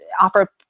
offer